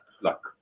luck